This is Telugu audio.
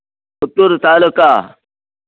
చిత్తూరు తాలూకా